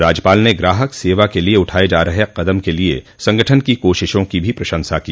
राज्यपाल ने ग्राहक सेवा के लिए उठाये जा रहे क़दम के लिए संगठन की कोशिशों की प्रशंसा की